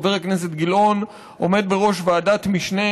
חבר הכנסת גילאון עומד בראש ועדת משנה